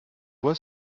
vois